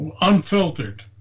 unfiltered